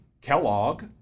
Kellogg